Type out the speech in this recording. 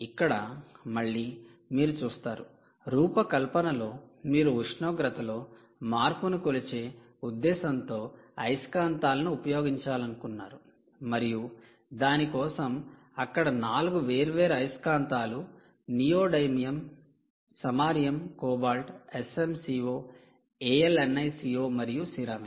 ఇక్కడ మళ్ళీ మీరు చూస్తారు రూపకల్పనలో మీరు ఉష్ణోగ్రతలో మార్పును కొలిచే ఉద్దేశ్యంతో అయస్కాంతాలను ఉపయోగించాలనుకున్నారు మరియు దాని కోసం అక్కడ నాలుగు వేర్వేరు అయస్కాంతాలు neodymium samarium cobalt Sm Co Al Ni Co మరియు సిరామిక్